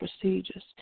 procedures